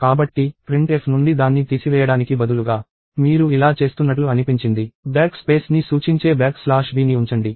కాబట్టి printf నుండి దాన్ని తీసివేయడానికి బదులుగా మీరు ఇలా చేస్తున్నట్లు అనిపించింది బ్యాక్ స్పేస్ని సూచించే బ్యాక్ స్లాష్ b ని ఉంచండి